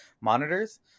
monitors